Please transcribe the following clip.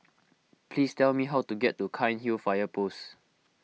please tell me how to get to Cairnhill Fire Post